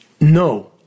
No